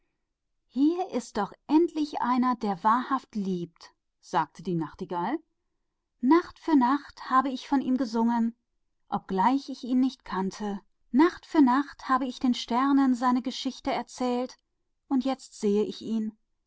das ist endlich einmal ein treuer liebhaber sagte die nachtigall nacht für nacht habe ich von ihm gesungen obgleich ich ihn nicht kannte nacht für nacht habe ich seine geschichte den sternen erzählt und nun seh ich ihn